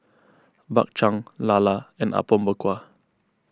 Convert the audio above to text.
Bak Chang Lala and Apom Berkuah